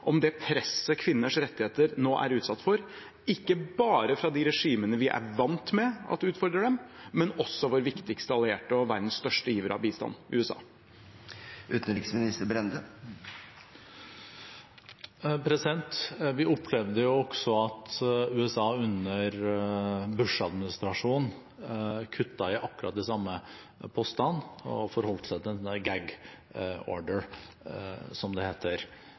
om det presset kvinners rettigheter nå er utsatt for, ikke bare fra de regimene vi er vant med at utfordrer dem, men også fra vår viktigste allierte og verdens største giver av bistand, USA. Vi opplevde også at USA under Bush-administrasjonen kuttet i akkurat de samme postene og forholdt seg til «Gag Order», som det heter.